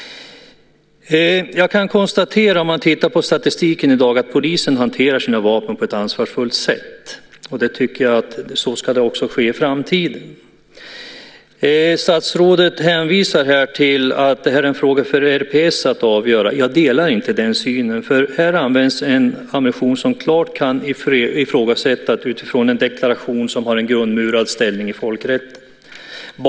Om man ser på statistiken i dag kan man konstatera att polisen hanterar sina vapen på ett ansvarsfullt sätt, och så ska det också vara i framtiden. Statsrådet hänvisar till att det här är en fråga för RPS att avgöra. Jag delar inte den synen, för här används en ammunition som klart kan ifrågasättas utifrån en deklaration som har en grundmurad ställning i folkrätten.